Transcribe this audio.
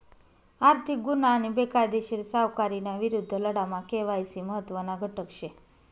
आर्थिक गुन्हा आणि बेकायदेशीर सावकारीना विरुद्ध लढामा के.वाय.सी महत्त्वना घटक शे